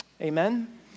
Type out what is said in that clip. Amen